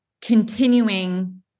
continuing